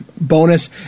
bonus